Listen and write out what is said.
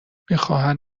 میخواهند